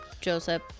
Joseph